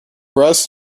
rust